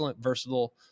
versatile